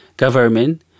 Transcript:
government